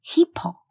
,Hippo